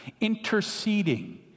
interceding